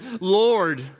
Lord